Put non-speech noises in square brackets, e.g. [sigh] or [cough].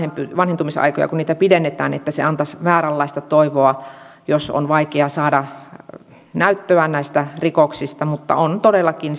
vanhentumisaikoja pidennetään se antaisi vääränlaista toivoa jos on vaikea saada näyttöä näistä rikoksista mutta on todellakin [unintelligible]